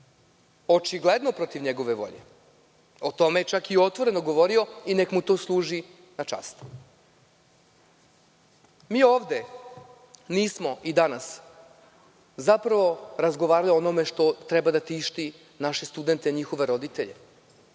očigledno protiv njegove volje? O tome je čak otvoreno govorio i neka mu to služi na čast. Mi ovde nismo i danas zapravo razgovarali o onome što treba da tišti naše studente, njihove roditelje.